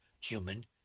human